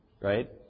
right